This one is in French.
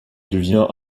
devient